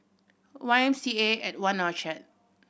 Y M C A at One Orchard